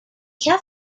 had